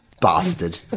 bastard